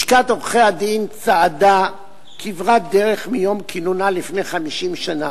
לשכת עורכי-הדין צעדה כברת דרך מיום כינונה לפני 50 שנה,